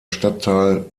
stadtteil